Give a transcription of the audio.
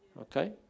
Okay